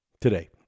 Today